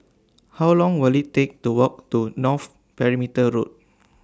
How Long Will IT Take to Walk to North Perimeter Road